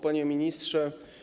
Panie Ministrze!